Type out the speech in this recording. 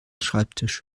schreibtisch